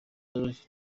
rufite